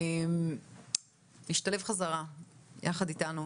להשתלב בחזרה ביחד אתנו,